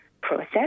process